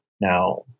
now